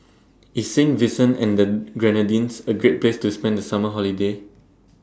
IS Saint Vincent and The Grenadines A Great Place to spend The Summer Holiday